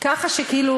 כשאת אומרת ככה,